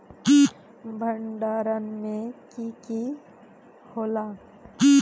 भण्डारण में की की होला?